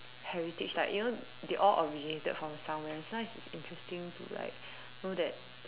heritage like you know they all originated from somewhere and sometimes it's interesting to like know that